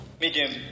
medium